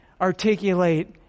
articulate